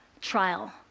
trial